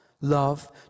Love